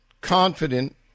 confident